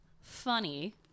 Funny